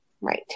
right